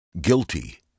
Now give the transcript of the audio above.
Guilty